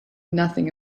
nothing